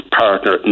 partner